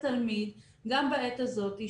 שהידע קיים אצל התלמיד גם בעת הזאת.